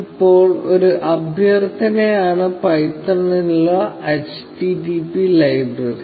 ഇപ്പോൾ ഒരു അഭ്യർത്ഥനയാണ് പൈത്തണിനുള്ള http ലൈബ്രറി